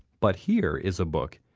but here is a book,